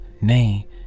nay